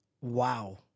Wow